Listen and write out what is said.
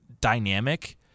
dynamic